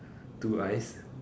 two eyes